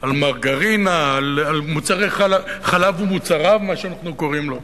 על מרגרינה, על חלב ומוצריו, מה שאנחנו קוראים לו,